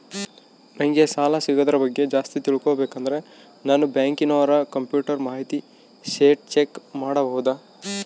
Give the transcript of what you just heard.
ನಂಗೆ ಸಾಲ ಸಿಗೋದರ ಬಗ್ಗೆ ಜಾಸ್ತಿ ತಿಳಕೋಬೇಕಂದ್ರ ನಾನು ಬ್ಯಾಂಕಿನೋರ ಕಂಪ್ಯೂಟರ್ ಮಾಹಿತಿ ಶೇಟ್ ಚೆಕ್ ಮಾಡಬಹುದಾ?